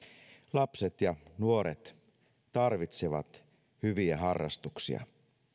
lapset ja nuoret tarvitsevat hyviä harrastuksia